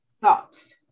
thoughts